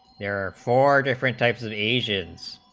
there are four different types of asians